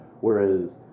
Whereas